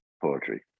poetry